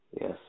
Yes